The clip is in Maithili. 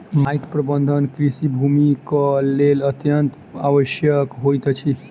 माइट प्रबंधन कृषि भूमिक लेल अत्यंत आवश्यक होइत अछि